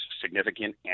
significant